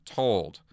told